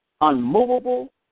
unmovable